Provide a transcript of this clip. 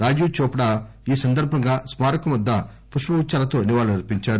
రాజీవ్ చోప్లా ఈ సందర్బంగా స్మారకం వద్ద పుష్పగుచ్చాలతో నివాళులర్పించారు